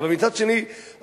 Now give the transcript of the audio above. אבל מצד שני,